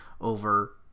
over